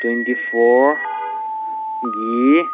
twenty four ꯒꯤ